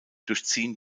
durchziehen